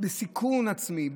בסיכון עצמי,